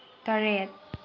ꯇꯔꯦꯠ